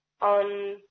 on